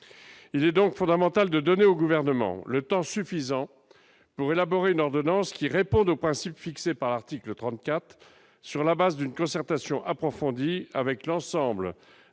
il est donc fondamental de donner au gouvernement le temps suffisant pour élaborer une ordonnance qui répondent aux principes fixés par l'article 34 sur la base d'une concertation approfondie avec l'ensemble des